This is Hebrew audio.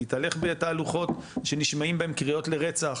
להתהלך בתהלוכות שנשמעים בהן קריאות לרצח,